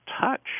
touch